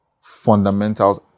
fundamentals